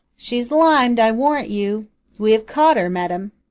she's lim'd, i warrant you we have caught her, madam.